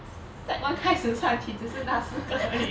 sec one 开始算起只是那四个而已